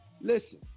Listen